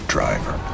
Driver